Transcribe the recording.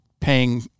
paying